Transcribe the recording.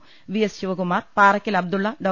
പ്പി S Sivakumar Parakkal Abdulla ഡോ